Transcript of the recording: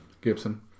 Gibson